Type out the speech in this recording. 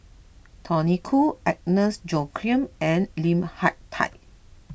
Tony Khoo Agnes Joaquim and Lim Hak Tai